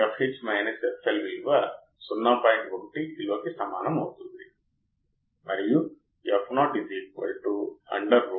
ఈ level shifter దశ DC voltage స్థాయిని సున్నా కి మారుస్తుంది ఎందుకంటే ఏ DC స్థాయి తోనూ అవుట్పుట్ అవసరం లేదని మనకి తెలుసు కాబట్టి DC వోల్టేజ్ స్థాయి సున్నా కి దగ్గరగా ఉంటుంది